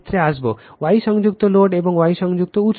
Y সংযুক্ত load এবং Y সংযুক্ত উৎস